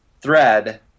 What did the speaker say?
thread